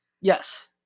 Yes